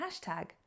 hashtag